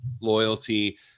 loyalty